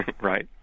Right